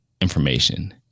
information